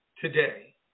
today